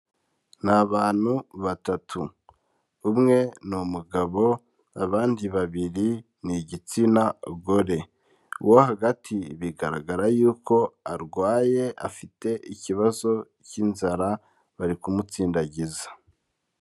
Ni abantu batatu, umwe ni umugabo abandi babiri ni igitsina gore, uwo hagati bigaragara yuko arwaye afite ikibazo cy'inzara bari kumutsindagiza.